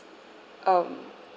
um